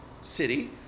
city